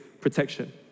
protection